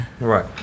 right